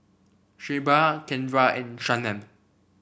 Shelba Kendra and Shannen